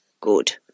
Good